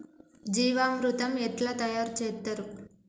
జీవామృతం ఎట్లా తయారు చేత్తరు?